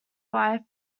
wife